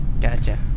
Gotcha